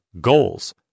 goals